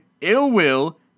ill-will